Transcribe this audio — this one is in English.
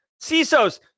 CISOs